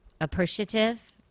appreciative